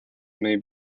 may